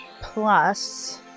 Plus